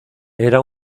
era